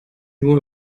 nur